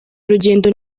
urugendo